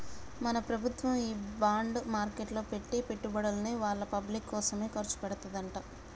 మన ప్రభుత్వము ఈ బాండ్ మార్కెట్లో పెట్టి పెట్టుబడుల్ని వాళ్ళ పబ్లిక్ కోసమే ఖర్చు పెడతదంట